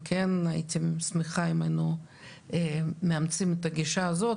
כן הייתי שמחה אם היינו מאמצים את הגישה הזו,